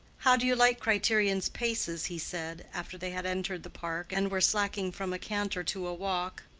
how do you like criterion's paces? he said, after they had entered the park and were slacking from a canter to a walk.